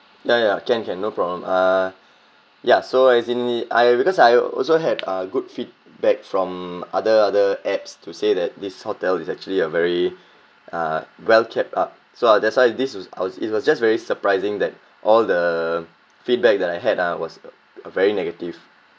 ya ya can can no problem ah ya so as in ni~ I because I also had a good feedback from other other apps to say that this hotel is actually a very uh well kept up so ah that's why this was I was it was just very surprising that all the feedback that I had ah was a very negative